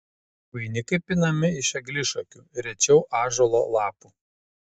vainikai pinami iš eglišakių rečiau ąžuolo lapų